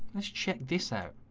let's check this out